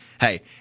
hey